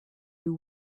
you